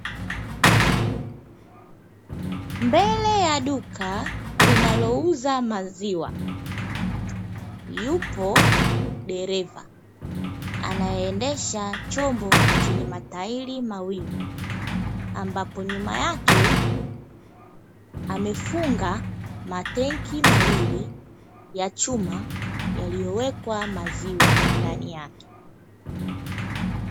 Mbele ya duka linalouza maziwa yupo dereva anayeendesha chombo chenye matairi mawili ambapo nyuma yake amefunga matenki mawili ya chuma yaliyowekwa maziwa ndani yake.